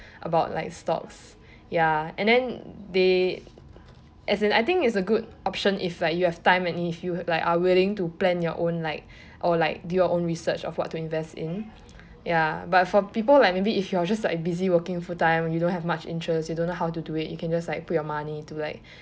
about like stocks ya and then they as I think is a good option if like you have time or if you are willing to plan your own like or like do your own research of what to invest in ya but for people like maybe if you are just like busy working full time you don't have much interest you don't know how to do it you can just like put your money to like